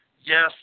Yes